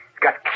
Got